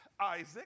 Isaac